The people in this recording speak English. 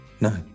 no